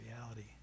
reality